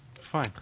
Fine